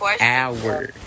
hour